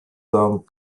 long